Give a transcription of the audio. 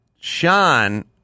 Sean